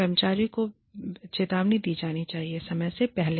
कर्मचारी को चेतावनी दी जानी चाहिए समय से पहले